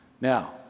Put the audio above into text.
Now